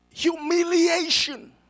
humiliation